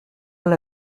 elle